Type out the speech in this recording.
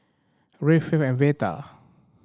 Reid Faith and Veta